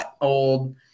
old